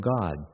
God